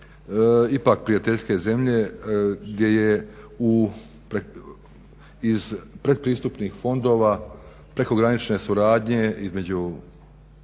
ipak prijateljske zemlje gdje je iz pretpristupnih fondova prekogranične suradnje između